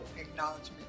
acknowledgement